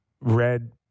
red